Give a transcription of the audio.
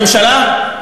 הממשלה?